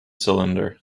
cylinder